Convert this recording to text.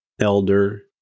Elder